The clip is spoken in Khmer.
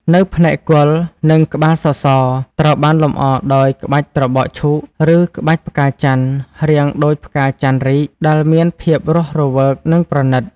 នៅផ្នែក គល់ និងក្បាលសសរ ត្រូវបានលម្អដោយ ក្បាច់ត្របកឈូក ឬ ក្បាច់ផ្កាចន្ទន៍ (រាងដូចផ្កាចន្ទន៍រីក) ដែលមានភាពរស់រវើក និងប្រណិត។